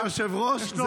אדוני היושב-ראש,